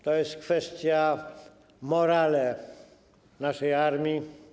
To jest kwestia morale naszej armii.